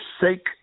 sake